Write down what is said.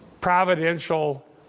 providential